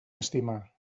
estimar